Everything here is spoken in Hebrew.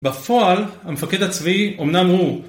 בפועל המפקד הצבאי אמנם הוא.